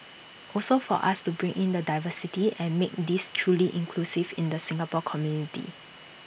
also for us to bring in the diversity and make this truly inclusive in the Singapore community